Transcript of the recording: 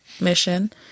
mission